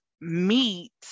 meet